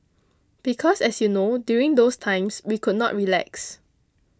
because as you know during those times we could not relax